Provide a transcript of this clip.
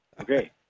Okay